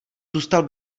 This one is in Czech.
zůstal